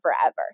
forever